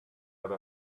have